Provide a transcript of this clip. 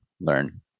learn